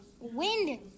Wind